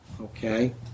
Okay